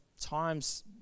time's